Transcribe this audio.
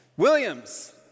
Williams